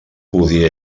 podia